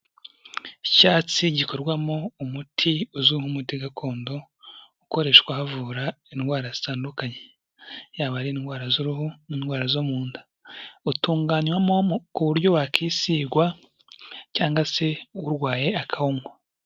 Icyatsi gikorwamo umuti uzwi nk'umuti gakondo ukoreshwa bavura indwara zitandukanye, yaba ari indwara z'uruhu n'indwara zo mu nda, utunganywamo ku buryo wakwisigwa cyangwa se urwaye akawunywa.